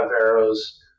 arrows